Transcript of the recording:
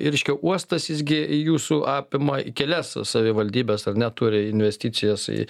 reiškia uostas jis gi jūsų apima kelias savivaldybes ar ne turi investicijas į